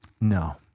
No